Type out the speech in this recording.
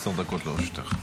עשר דקות לרשותך.